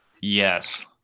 Yes